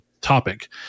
topic